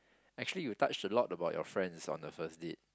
actually you touched a lot about your friends on the first date